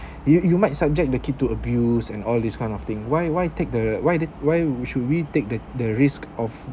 you you might subject the kid to abuse and all this kind of thing why why take the why did why should we take the the risk of